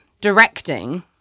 directing